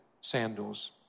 sandals